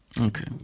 Okay